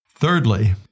Thirdly